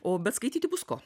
o bet skaityti bus ko